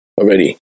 already